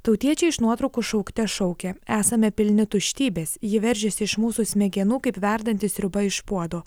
tautiečiai iš nuotraukų šaukte šaukia esame pilni tuštybės ji veržiasi iš mūsų smegenų kaip verdanti sriuba iš puodo